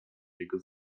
jego